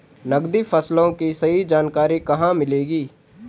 नकदी फसलों की सही जानकारी कहाँ मिलेगी?